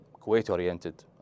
Kuwait-oriented